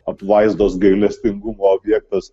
apvaizdos gailestingumo objektas